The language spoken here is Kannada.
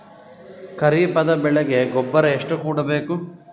ಖರೀಪದ ಬೆಳೆಗೆ ಗೊಬ್ಬರ ಎಷ್ಟು ಕೂಡಬೇಕು?